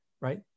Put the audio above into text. right